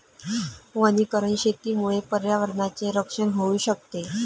वनीकरण शेतीमुळे पर्यावरणाचे रक्षण होऊ शकते